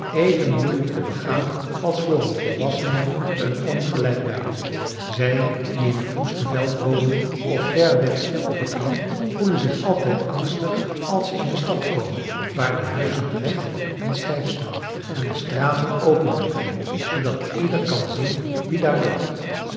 even moeilijk te begaan als voor volwassenen een ongelijk weiland zij die in t woeste veld wonen of ver weg op het land voelen zich altijd angstig als ze in een stad komen waar de huizen recht en stijf staan en de straten open liggen zoodat ieder kan zien wie daar loopt